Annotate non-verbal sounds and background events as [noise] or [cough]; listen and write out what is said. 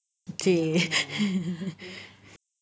!chey! [laughs]